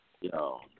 yo